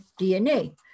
DNA